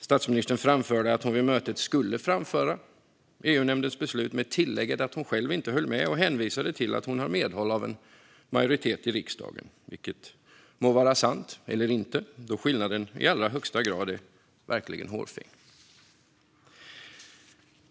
Statsministern framförde att hon vid mötet skulle framföra EU-nämndens beslut med tillägget att hon själv inte höll med och hänvisade till att hon hade medhåll av en majoritet i riksdagen, vilket må vara sant, eller inte, då skillnaden i allra högsta grad verkligen är hårfin.